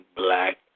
black